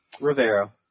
Rivero